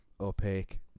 opaque